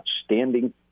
outstanding